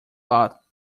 lot